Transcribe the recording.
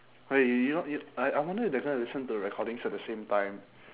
!hey! y~ you know y~ I I wonder if the guy listen to the recordings at the same time